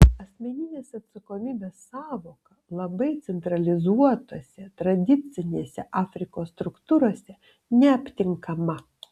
asmeninės atsakomybės sąvoka labai centralizuotose tradicinėse afrikos struktūrose neaptinkama